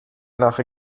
nach